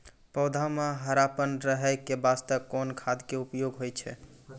पौधा म हरापन रहै के बास्ते कोन खाद के उपयोग होय छै?